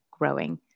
growing